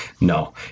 no